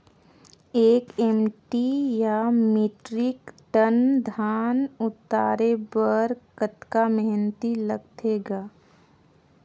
एक एम.टी या metric tonne धन उतारे बर कतका मेहनती लगथे ग?